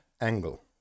angle